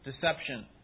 Deception